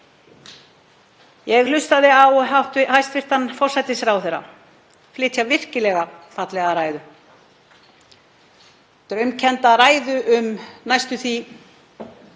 Ég hlustaði á hæstv. forsætisráðherra flytja virkilega fallega ræðu, draumkennda ræðu um næstum því